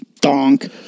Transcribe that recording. Donk